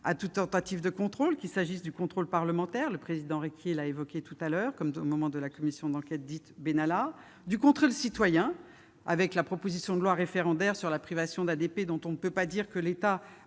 -toute tentative de contrôle, qu'il s'agisse du contrôle parlementaire- le président Requier l'a évoqué -, comme au moment de la commission d'enquête dite Benalla, ou du contrôle citoyen, au travers de la proposition de loi référendaire sur la privatisation d'ADP, dont on ne peut pas dire que l'État